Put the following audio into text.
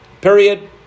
period